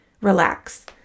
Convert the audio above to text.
relax